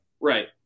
Right